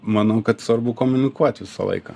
manau kad svarbu komunikuot visą laiką